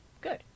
Good